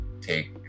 take